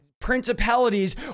Principalities